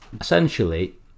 essentially